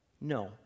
No